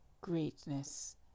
greatness